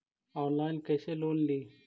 Online कैसे loan ली?